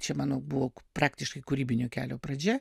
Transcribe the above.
čia mano buvo praktiškai kūrybinio kelio pradžia